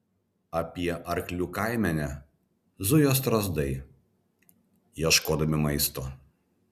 apie arklių kaimenę zujo strazdai ieškodami maisto